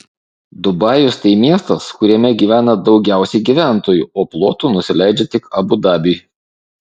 dubajus tai miestas kuriame gyvena daugiausiai gyventojų o plotu nusileidžia tik abu dabiui